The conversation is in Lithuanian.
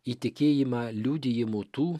į tikėjimą liudijimų tų